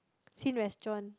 Xin restaurant